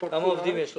כמה עובדים יש לך?